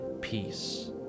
peace